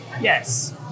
Yes